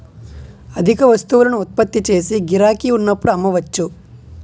అధిక వస్తువులను ఉత్పత్తి చేసి గిరాకీ ఉన్నప్పుడు అమ్మవచ్చు